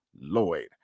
Lloyd